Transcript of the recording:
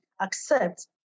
accept